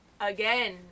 again